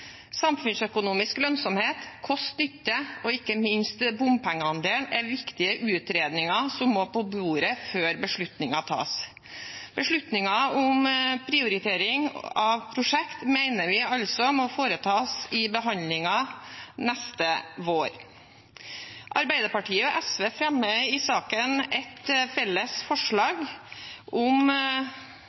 Samfunnsøkonomisk lønnsomhet, kost–nytte og ikke minst bompengeandel er viktige utredninger som må på bordet før beslutningen tas. Beslutningen om prioritering av prosjekt mener vi altså må foretas i behandlingen neste vår. Arbeiderpartiet og SV fremmer i saken et felles forslag